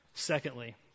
Secondly